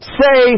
say